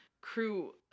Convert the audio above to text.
Crew